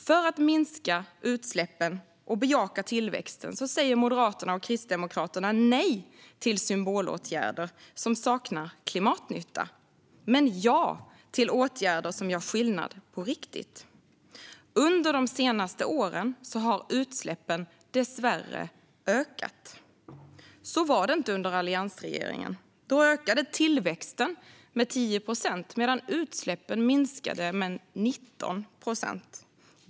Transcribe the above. För att minska utsläppen och bejaka tillväxten säger Moderaterna och Kristdemokraterna nej till symbolåtgärder som saknar klimatnytta, men ja till åtgärder som gör skillnad på riktigt. Under de senaste åren har utsläppen dessvärre ökat. Så var det inte under alliansregeringen. Då ökade tillväxten med 10 procent, medan utsläppen minskade med 19 procent.